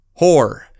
Whore